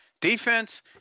Defense